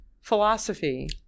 philosophy